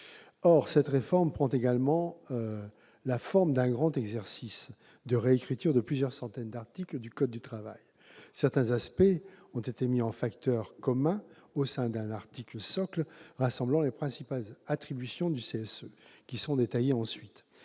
Or cette réforme prend également la forme d'un grand exercice de réécriture de plusieurs centaines d'articles du code du travail. Certains aspects ont été mis en facteur commun au sein d'un article socle rassemblant les principales attributions du CSE, qui sont détaillées ensuite.